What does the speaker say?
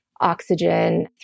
oxygen